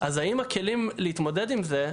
אז האם הכלים להתמודד עם זה,